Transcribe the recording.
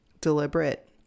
deliberate